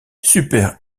super